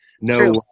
no